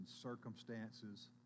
circumstances